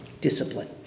discipline